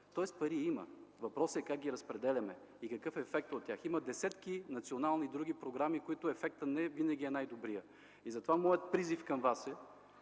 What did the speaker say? Тоест пари има, въпросът е как ги разпределяме и какъв е ефектът от тях. Има десетки национални и други програми, ефектът на които не винаги е най-добрият. Затова моят призив към вас е